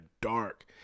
dark